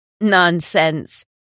Nonsense